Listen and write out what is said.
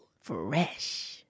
Fresh